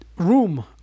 room